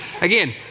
Again